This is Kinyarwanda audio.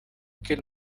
kill